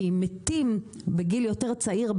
כי אם בנגב מתים בגיל צעיר יותר,